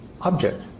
object